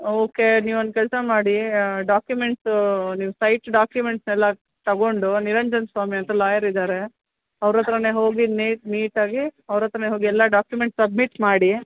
okay ನೀವು ಒಂದು ಕೆಲಸ ಮಾಡಿ ಆ ಡಾಕ್ಯುಮೆಂಟ್ಸು ನೀವು ಸೈಟ್ ಡಾಕ್ಯುಮೆಂಟ್ಸ್ನೆಲ್ಲ ತಗೊಂಡು ನಿರಂಜನ್ ಸ್ವಾಮಿ ಅಂತ ಲಾಯರ್ ಇದ್ದಾರೆ ಅವ್ರ್ ಹತ್ರನೇ ಹೋಗಿ ನೇ ಮೀಟ್ ಆಗಿ ಅವ್ರ್ ಹತ್ರನೇ ಹೋಗಿ ಎಲ್ಲ ಡಾಕ್ಯುಮೆಂಟ್ ಸಬ್ಮಿಟ್ ಮಾಡಿ